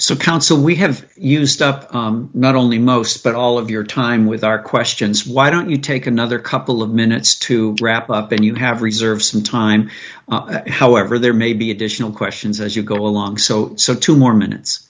counsel we have used up not only most but all of your time with our questions why don't you take another couple of minutes to wrap up then you have reserves some time however there may be additional questions as you go along so so two more minutes